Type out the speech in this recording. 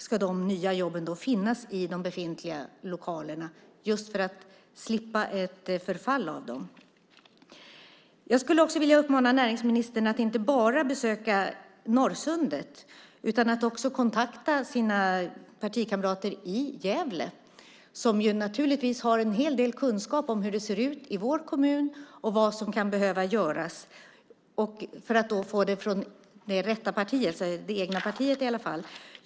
Ska de nya jobben finnas i de befintliga lokalerna just för att slippa ett förfall av dem? Jag uppmanar näringsministern att inte bara besöka Norrsundet utan att också kontakta sina partikamrater i Gävle som naturligtvis har en hel del kunskap om hur det ser ut i vår hemkommun och vad som kan behöva göras. Då får hon det från det egna partiet.